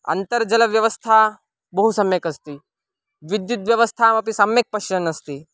अन्तर्जालव्यवस्था बहु सम्यक् अस्ति विद्युत् व्यवस्थामपि सम्यक् पश्यन्नस्ति